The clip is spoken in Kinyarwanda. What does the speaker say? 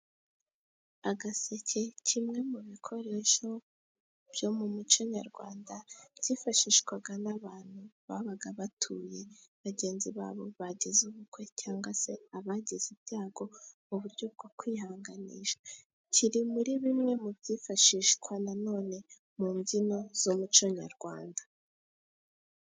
Agaseke, kimwe mu bikoresho byo mu muco nyarwanda byifashishwaga n'abantu babaga batuye bagenzi babo bagize ubukwe, cyangwa se abagize ibyago, mu buryo bwo kwihanganisha. Kiri muri bimwe mu byifashishwa na none mu mbyino z'umuco nyarwanda.